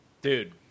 Dude